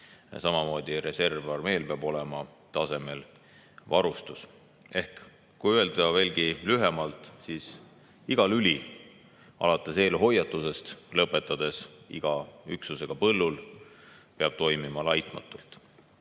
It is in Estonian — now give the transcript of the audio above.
Samamoodi meie reservarmeel peab olema tasemel varustus. Ehk kui öelda veelgi lühemalt, siis iga lüli, alates eelhoiatusest ja lõpetades iga üksusega põllul, peab toimima laitmatult.